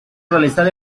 realizar